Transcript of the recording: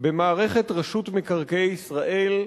במערכת רשות מקרקעי ישראל,